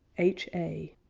h a.